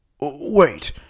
Wait